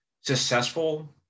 successful